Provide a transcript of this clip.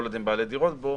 כל עוד הם בעלי דירות בו,